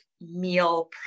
meal